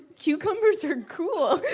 cucumbers are cool.